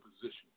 position